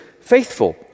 faithful